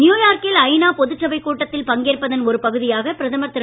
நியூயார்க்கில் ஐநா பொதுச்சபை கூட்டத்தில் பங்கேற்பதன் ஒரு பகுதியாக பிரதமர் திரு